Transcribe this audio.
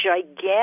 gigantic